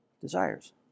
desires